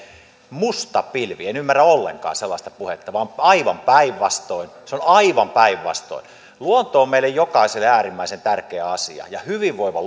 musta pilvi en ymmärrä ollenkaan sellaista puhetta vaan aivan päinvastoin se on aivan päinvastoin luonto on meille jokaiselle äärimmäisen tärkeä asia ja hyvinvoiva